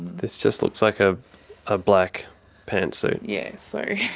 this just looks like a ah black pant suit. yeah, so